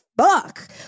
fuck